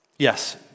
Yes